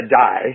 die